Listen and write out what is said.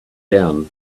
down